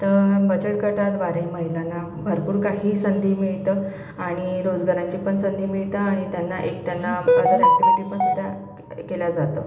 तर बचत गटाद्वारे महिलांना भरपूर काही संधी मिळतं आणि रोजगारांची पण संधी मिळतं आणि त्यांना एक त्यांना अदर ॲक्टिव्हिटीपणसुद्धा केल्या जातं